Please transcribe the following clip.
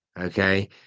Okay